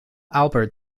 albert